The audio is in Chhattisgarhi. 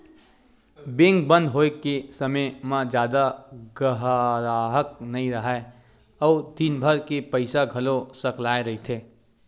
बेंक बंद होए के समे म जादा गराहक नइ राहय अउ दिनभर के पइसा घलो सकलाए रहिथे